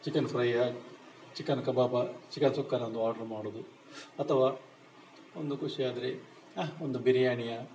chicken ಫ್ರೈಯೋ chicken ಕಬಾಬೋ chicken ಸುಕ್ಕನೋ ಒಂದು ಆರ್ಡ್ರ್ ಮಾಡೋದು ಅಥವಾ ಒಂದು ಖುಷಿ ಆದರೆ ಒಂದು ಬಿರಿಯಾನಿಯೋ